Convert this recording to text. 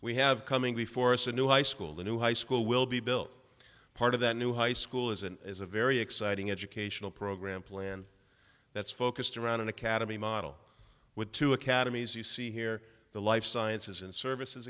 we have coming before us a new high school the new high school will be built part of that new high school is and is a very exciting educational program plan that's focused around an academy model with two academies you see here the life sciences and services